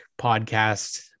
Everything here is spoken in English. podcast